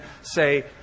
say